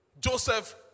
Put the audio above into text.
Joseph